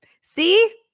See